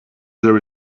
there